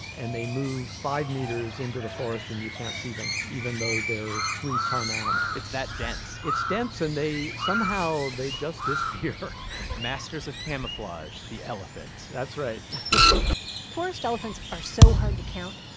and they move five meters into the forest, and you can't see them, even though they're a three ton animal it's that dense it's dense, and they somehow they just disappear masters of camouflage, the elephant that's right forest elephants are so hard to count.